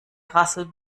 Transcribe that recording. rassel